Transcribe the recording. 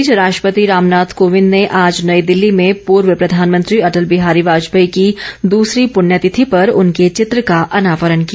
इस बीच राष्ट्रपति रामनाथ कोविंद ने आज नई दिल्ली में पूर्व प्रधानमंत्री अटल बिहारी वाजपेयी की दूसरी प्रण्यतिथि पर उनके चित्र का अनावरण किया